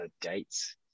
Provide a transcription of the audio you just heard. dates